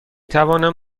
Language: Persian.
توانم